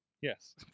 Yes